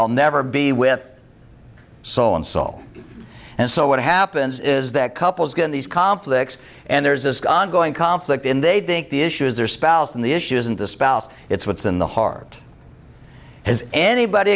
i'll never be with soul and soul and so what happens is that couples get in these conflicts and there's this ongoing conflict in they think the issue is their spouse and the issue isn't the spouse it's what's in the heart has anybody